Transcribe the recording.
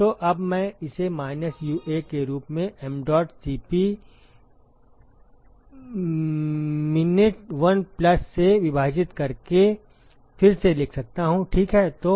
तो अब मैं इसे माइनस UA के रूप में mdot Cp min 1 plus से विभाजित करके फिर से लिख सकता हूं